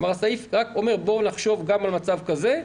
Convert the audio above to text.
התקנה רק אומרת: בואו נחשוב גם על מצב כזה.